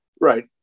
Right